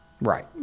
Right